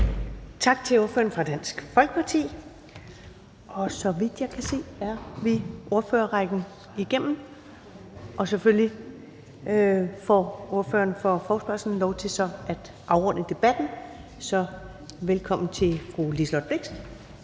Tak til ordføreren for Dansk Folkeparti. Og så vidt jeg kan se, er vi i ordførerrækken igennem, og selvfølgelig får ordføreren for forespørgerne lov til at afrunde debatten. Så velkommen til fru Liselott Blixt.